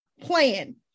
plan